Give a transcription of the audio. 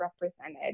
represented